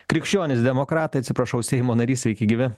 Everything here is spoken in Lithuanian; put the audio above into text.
krikščionys demokratai atsiprašau seimo narys sveiki gyvi